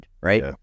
right